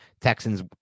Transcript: Texans